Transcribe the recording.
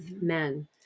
men